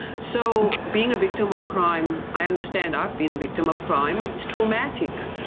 so being a victim of crime, i understand, i've been a victim of crime, it's traumatic.